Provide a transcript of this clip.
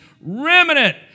remnant